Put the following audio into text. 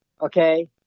Okay